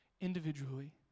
individually